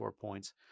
points